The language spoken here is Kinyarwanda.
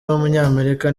w’umunyamerika